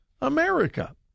America